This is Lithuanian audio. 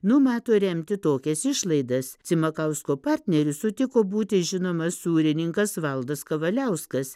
numato remti tokias išlaidas cimakausko partneriu sutiko būti žinomas sūrininkas valdas kavaliauskas